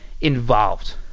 involved